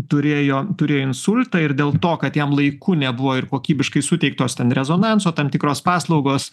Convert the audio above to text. turėjo turėjo insultą ir dėl to kad jam laiku nebuvo ir kokybiškai suteiktos ten rezonanso tam tikros paslaugos